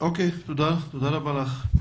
תודה רבה לך.